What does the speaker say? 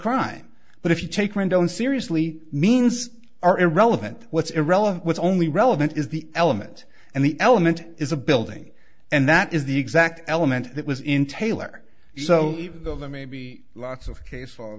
crime but if you take rendon seriously means are irrelevant what's irrelevant what's only relevant is the element and the element is a building and that is the exact element that was in taylor so even though there may be lots of case